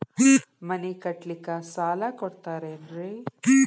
ಮನಿ ಕಟ್ಲಿಕ್ಕ ಸಾಲ ಕೊಡ್ತಾರೇನ್ರಿ?